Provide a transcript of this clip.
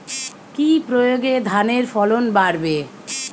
কি প্রয়গে ধানের ফলন বাড়বে?